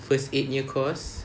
first aid nya course